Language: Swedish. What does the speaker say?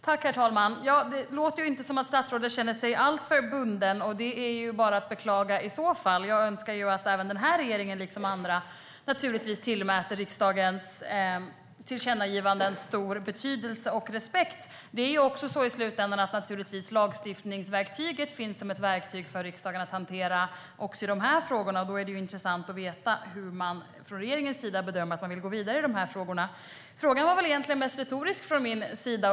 Herr talman! Det låter inte som att statsrådet känner sig alltför bunden av tillkännagivanden, och det är i så fall bara att beklaga. Jag önskar ju att den här regeringen, liksom andra regeringar, tillmäter riksdagens tillkännagivanden stor betydelse och respekt. I slutändan finns ju lagstiftningsverktygen som riksdagen hanterar också i de här frågorna, och då är det intressant att få veta hur man från regeringen bedömer att man vill gå vidare i dessa frågor. Frågan var väl egentligen mest retorisk från min sida.